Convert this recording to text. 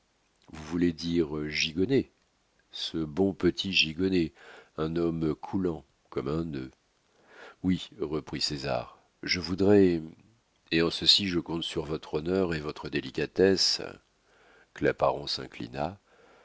vous voulez dire gigonnet ce bon petit gigonnet un homme coulant comme un nœud oui reprit césar je voudrais et en ceci je compte sur votre honneur et votre délicatesse claparon s'inclina